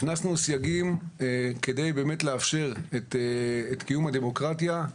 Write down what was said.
הכנסנו סייגים כדי לאפשר את קיום הדמוקרטיה.